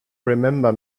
remember